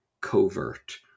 covert